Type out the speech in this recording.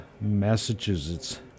Massachusetts